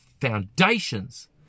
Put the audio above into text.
foundations